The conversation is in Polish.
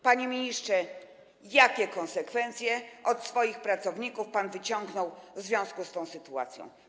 Panie ministrze, jakie konsekwencje wobec swoich pracowników pan wyciągnął w związku z tą sytuacją?